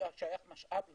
משאב לאומי,